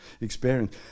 experience